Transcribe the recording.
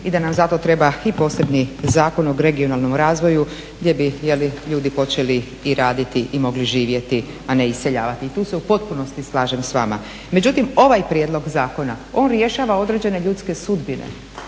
i da nam za to treba i posebni Zakon o regionalnom razvoju gdje bi ljudi počeli i raditi i mogli živjeti, a ne iseljavati. Tu se u potpunosti slažem s vama. Međutim, ovaj prijedlog zakona on rješava određene ljudske sudbine